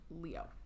Leo